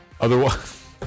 Otherwise